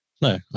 No